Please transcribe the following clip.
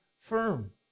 firm